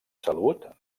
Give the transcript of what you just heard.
salut